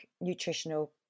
nutritional